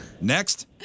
Next